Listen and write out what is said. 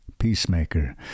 Peacemaker